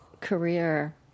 career